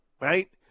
right